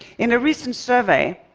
in a recent survey,